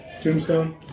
Tombstone